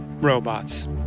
robots